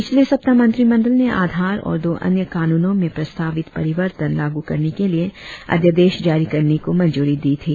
पिछले सप्ताह मंत्रिमंडल ने आधार और दो अन्य कानूनों में प्रस्तावित परिवर्तन लागू करने के लिए अध्यादेश जारी करने को मंजूरी दी थी